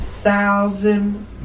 thousand